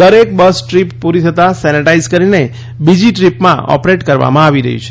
દરેક bus trip પૂરી થતાં સેનેટાઇઝ કરીને બીજી ટ્રીપમાં ઓપરેટ કરવામાં આવી રહી છે